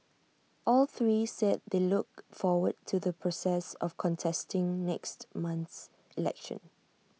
all three said they look forward to the process of contesting next month's election